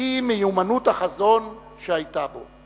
היא מיומנות החזון שהיתה בו.